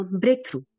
breakthrough